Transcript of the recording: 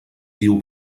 diu